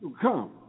Come